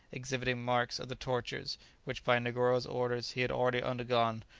exhibiting marks of the tortures which by negoro's orders he had already undergone,